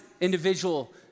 individual